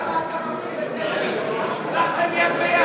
הלכתם יד ביד.